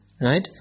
Right